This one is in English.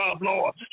Lord